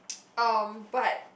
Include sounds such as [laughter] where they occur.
[noise] um but